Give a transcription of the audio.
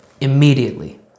immediately